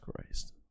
Christ